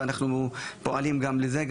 ואנחנו פועלים גם לזה,